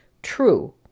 true